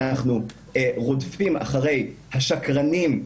אנחנו רודפים אחרי השקרנים,